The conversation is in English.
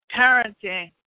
parenting